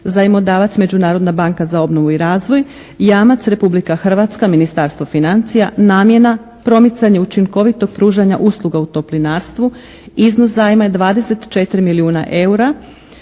zajmodavac Međunarodna banka za obnovu i razvoj i jamac Republika Hrvatska, Ministarstvo financija. Namjena: promicanje učinkovitog pružanja usluga u toplinarstvu. Iznos zajma je 24 milijuna EUR-a.